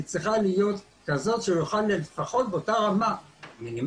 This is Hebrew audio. היא צריכה להיות כזאת שהוא יוכל לפחות באותה רמה מינימלית,